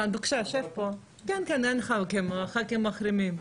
אין ח"כים, הח"כים מחרימים.